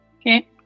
Okay